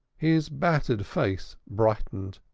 his battered face brightened